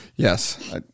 Yes